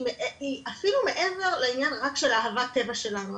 אפילו מעבר לעניין רק של אהבת טבע שלנו.